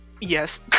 Yes